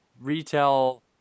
retail